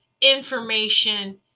information